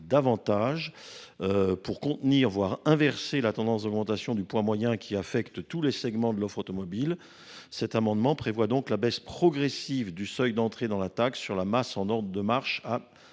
loin pour contenir, voire inverser la tendance d’augmentation du poids moyen qui affecte tous les segments de l’offre automobile. Le présent amendement tend à engager une baisse progressive du seuil d’entrée dans la taxe sur la masse en ordre de marche à